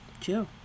chill